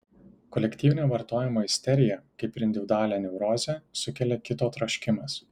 kolektyvinę vartojimo isteriją kaip ir individualią neurozę sukelia kito troškimas